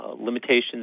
Limitations